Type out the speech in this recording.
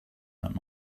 that